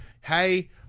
hey